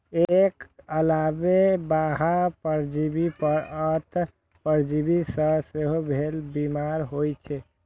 एकर अलावे बाह्य परजीवी आ अंतः परजीवी सं सेहो भेड़ बीमार होइ छै